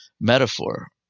metaphor